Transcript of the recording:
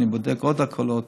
אני בודק עוד הקלות